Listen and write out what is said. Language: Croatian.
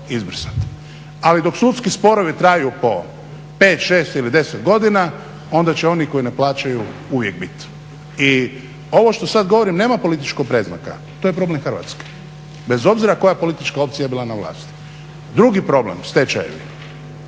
Ali dok sudski sporovi traju po 5, 6 ili 10 godina onda će oni koji ne plaćaju uvijek biti. I ovo što sad govorim nema političkog predznaka, to je problem Hrvatske, bez obzira koja politička opcija bila na vlasti. Drugi problem, stečajevi.